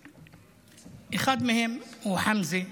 אחד מהם הוא חמזה,